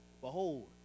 Behold